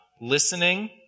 Listening